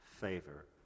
favor